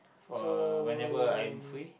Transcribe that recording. uh whenever I am free